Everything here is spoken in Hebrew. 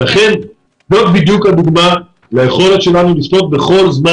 זאת בדיוק הדוגמה ליכולת שלנו לשלוט בכל זמן